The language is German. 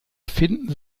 finden